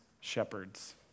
shepherds